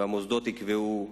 והמוסדות יקבעו,